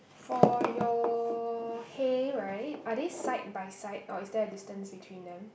for your hay right are they side by side or is there distance between them